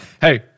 Hey